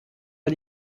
pas